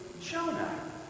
Jonah